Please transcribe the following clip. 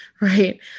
right